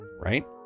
right